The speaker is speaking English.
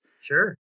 Sure